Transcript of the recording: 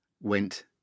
went